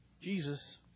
Jesus